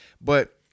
But-